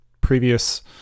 previous